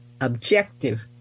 objective